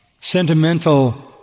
Sentimental